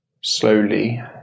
slowly